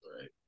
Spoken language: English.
Right